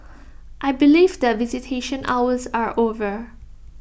I believe that visitation hours are over